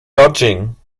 lodging